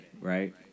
right